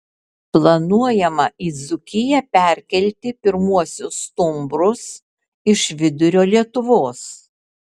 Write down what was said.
planuojama į dzūkiją perkelti pirmuosius stumbrus iš vidurio lietuvos